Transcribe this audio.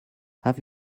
have